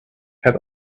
had